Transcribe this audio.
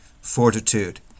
fortitude